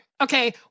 okay